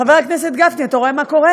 חבר הכנסת גפני, אתה רואה מה קורה?